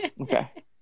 Okay